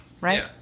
right